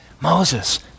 moses